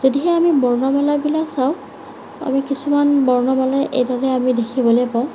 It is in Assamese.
যদিহে আমি বৰ্ণমালাবিলাক চাওঁ আমি কিছুমান বৰ্ণমালা এইদৰে আমি দেখিবলৈ পাওঁ